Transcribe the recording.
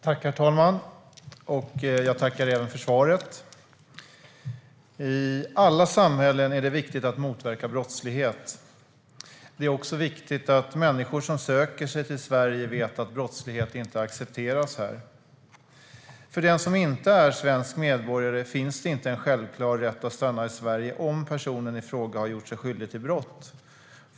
Herr talman! Jag tackar ministern för svaret. I alla samhällen är det viktigt att motverka brottslighet. Det är också viktigt att människor som söker sig till Sverige vet att brottslighet inte accepteras här. För den som inte är svensk medborgare finns det inte en självklar rätt att stanna i Sverige om personen i fråga har gjort sig skyldig till brott.